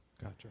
Gotcha